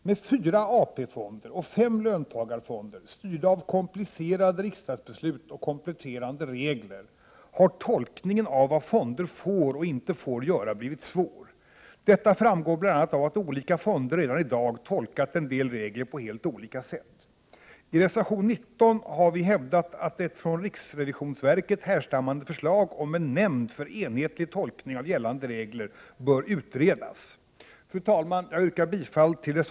Med fyra AP-fonder och fem löntagarfonder, styrda av komplicerade riksdagsbeslut och kompletterande regler, har tolkningen av vad fonder får och inte får göra blivit svår. Detta framgår bl.a. av att olika fonder redan i dag tolkat en del regler på helt olika sätt. I reservation 19 har vi hävdat, att ett från RRV härstammande förslag om en nämnd för enhetlig tolkning av gällande regler bör utredas.